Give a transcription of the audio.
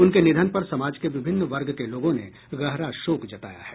उनके निधन पर समाज के विभिन्न वर्ग के लोगों ने गहरा शोक जताया है